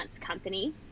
company